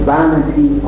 Vanity